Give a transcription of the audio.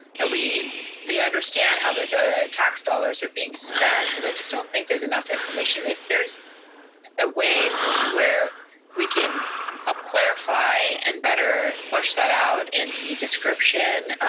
that they understand how their tax dollars are being spent. and i just don't think there's enough information. if there's a way where we can help clarify and better flush that out in the description,